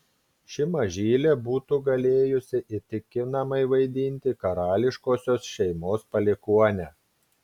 ši mažylė būtų galėjusi įtikinamai vaidinti karališkosios šeimos palikuonę